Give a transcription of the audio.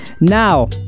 now